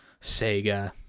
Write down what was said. sega